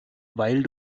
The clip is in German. weil